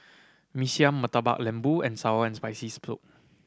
Mee Siam Murtabak Lembu and sour and Spicy Soup